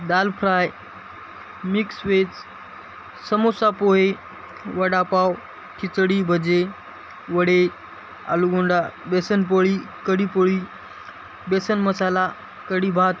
dal fry mix veg समोसापोहे वडापाव खिचडीभजे वडे आलूबोंडा बेसनपोळी कढीपोळी बेसनमसाला कढीभात